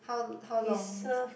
how how long was that